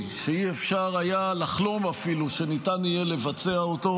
שאי-אפשר היה לחלום אפילו שניתן יהיה לבצע אותו,